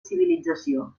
civilització